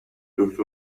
دکتر